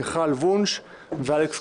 מיכל וונש ואלכס קושניר.